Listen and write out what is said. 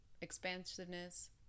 expansiveness